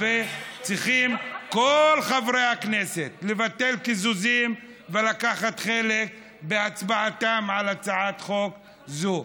כל חברי הכנסת צריכים לבטל קיזוזים ולקחת חלק בהצבעה על הצעת חוק זו,